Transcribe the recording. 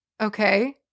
Okay